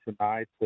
tonight